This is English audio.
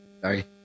sorry